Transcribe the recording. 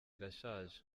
irashaje